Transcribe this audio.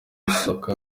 gusaka